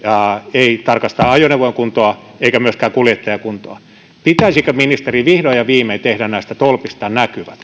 ei tarkasta ajoneuvojen kuntoa eikä myöskään kuljettajan kuntoa pitäisikö ministeri vihdoin ja viimein tehdä näistä tolpista näkyvät